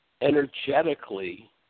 energetically